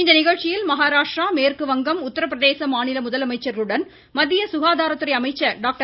இந்நிகழ்ச்சியில் மகாராஷ்டிரா மேற்கு வங்கம் உத்திர பிரதேச மாநில முதலமைச்சர்களுடன் மத்திய சுகாதாரத்துறை அமைச்சர் டாக்டர்